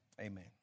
amen